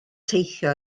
teithio